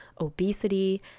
obesity